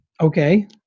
Okay